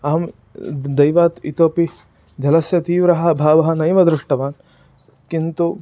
अहं दैवात् इतोपि जलस्य तीव्रः अभावः नैव दृष्टवान् किन्तु